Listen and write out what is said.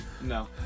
No